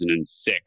2006